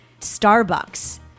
Starbucks